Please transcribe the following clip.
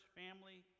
family